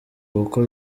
kuko